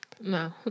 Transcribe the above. no